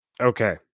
Okay